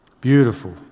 Beautiful